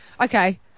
Okay